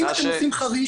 אם אתם עושים חריש,